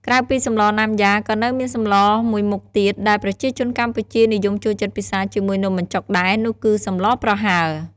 ក្រៅពីសម្លណាំយ៉ាក៏នៅមានសម្លមួយមុខទៀតដែលប្រជាជនកម្ពុជានិយមចូលចិត្តពិសាជាមួយនំបញ្ចុកដែរ នោះគឺសម្លប្រហើរ។